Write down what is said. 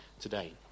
today